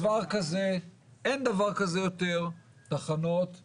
דבר שני שהייתי מבקש ממשרד הבריאות זה לתת תסקיר בריאותי לאזור,